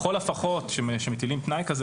לכל הפחות כאשר מטילים תנאי כזה,